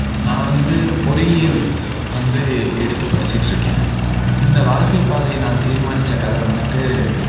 நான் வந்து பொறியியல் வந்து எடுத்து படிச்சுட்ருக்கேன் இந்த வாழ்க்கை பாதையை நான் தீர்மானித்த கதை வந்துட்டு